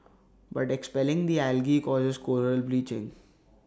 but expelling the algae causes Coral bleaching